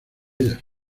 ellas